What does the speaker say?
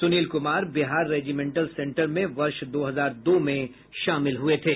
Sunil Kumar Bihar regimental centre में वर्ष दो हजार दो में शामिल हुए थे